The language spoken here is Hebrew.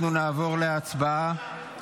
אנחנו נעבור להצבעה.